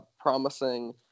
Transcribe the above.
promising